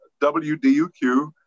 WDUQ